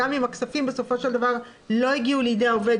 אם לא היינו בסיטואציה בלתי אפשרית שהכנסת יכולה להתפזר כל רגע,